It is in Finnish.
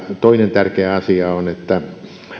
toinen tärkeä asia on että